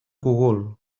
cogul